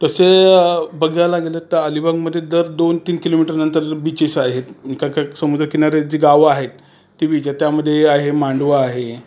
तसे बघायला गेलं तर अलीबागमधे दर दोन तीन किलोमीटरनंतर बीचेस आहेत काही काही समुद्रकिनाऱ्यात जी गावं आहेत ती बीच आहेत त्यामध्ये आहे मांडवा आहे